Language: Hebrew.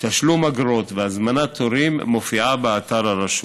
תשלום אגרות והזמנת תורים מופיעים באתר הרשות.